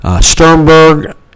Sternberg